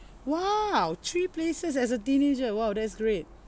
!wow! three places as a teenager !wow! that's great